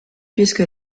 puisque